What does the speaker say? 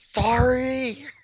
Sorry